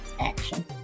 action